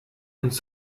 uns